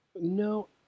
No